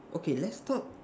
okay let's talk